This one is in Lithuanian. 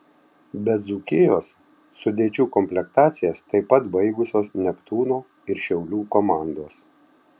be dzūkijos sudėčių komplektacijas taip pat baigusios neptūno ir šiaulių komandos